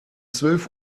zwölf